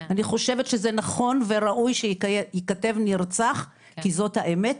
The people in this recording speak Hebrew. אני חושבת שזה נכון וראוי שייכתב נרצח כי זאת האמת,